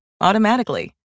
automatically